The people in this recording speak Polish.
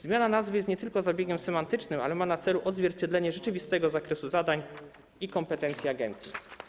Zmiana nazwy jest nie tylko zabiegiem semantycznym, ale ma na celu odzwierciedlenie rzeczywistego zakresu zadań i kompetencji agencji.